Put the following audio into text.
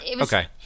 Okay